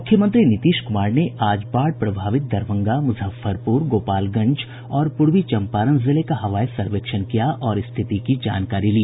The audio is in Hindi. मूख्यमंत्री नीतीश क्रमार ने आज बाढ़ प्रभावित दरभंगा मूजफ्फरपूर गोपालगंज और पूर्वी चंपारण जिले का हवाई सर्वेक्षण किया और स्थिति की जानकारी ली